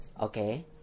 okay